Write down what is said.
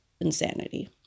insanity